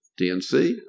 DNC